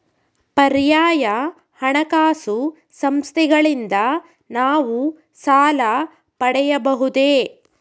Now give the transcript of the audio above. ಪರ್ಯಾಯ ಹಣಕಾಸು ಸಂಸ್ಥೆಗಳಿಂದ ನಾವು ಸಾಲ ಪಡೆಯಬಹುದೇ?